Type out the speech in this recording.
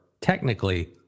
technically